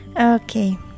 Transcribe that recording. Okay